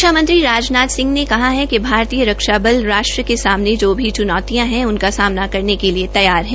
रक्षामंत्री राजनाथ सिंह ने कहा है कि भारतीय रक्षा बल राष्ट्र के सामने जो भी चुनौतियां है उनका सामना करने के लिए तैयार है